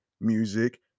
music